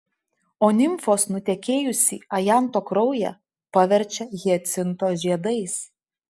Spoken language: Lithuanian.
o nimfos nutekėjusį ajanto kraują paverčia hiacinto žiedais